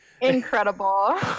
Incredible